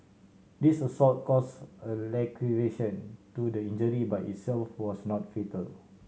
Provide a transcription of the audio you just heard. this assault caused a laceration to the injury by itself was not fatal